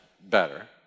better